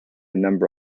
number